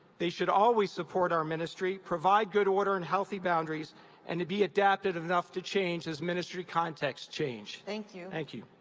they should always support our ministry, provide good order and healthy boundaries and and be adaptive enough to change as ministry contexts change. thank you. thank you.